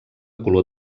color